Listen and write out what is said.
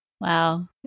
Wow